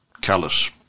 callous